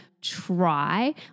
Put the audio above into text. try